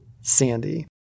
Sandy